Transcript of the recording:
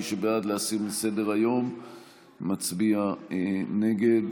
מי שבעד להסיר מסדר-היום מצביע נגד.